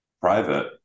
private